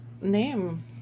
name